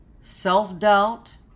self-doubt